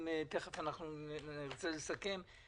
תיכף נרצה לסכם אותן.